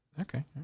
Okay